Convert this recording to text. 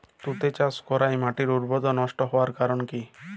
তুতে চাষ করাই মাটির উর্বরতা নষ্ট হওয়ার কারণ কি?